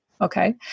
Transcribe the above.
Okay